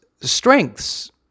strengths